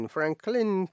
Franklin